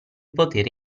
potere